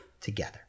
together